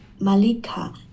Malika